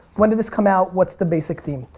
when did this come out? what's the basic theme?